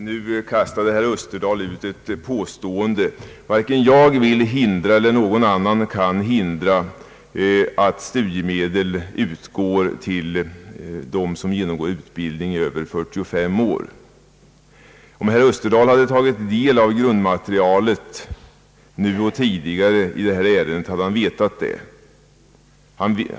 Herr talman! Nu kastar herr Österdahl ut ett påstående. Jag vill inte hindra och ingen annan kan hindra — att studiemedel utgår till dem som genomgår utbildning och är över 45 år om förutsättningar därför föreligger. Om herr Österdahl tagit del av grundmaterialet i detta ärende nu och tidigare, hade han vetat det.